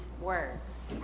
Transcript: words